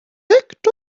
act